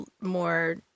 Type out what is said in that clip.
more